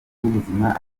w’ubuzima